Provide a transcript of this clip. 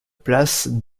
places